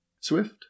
Swift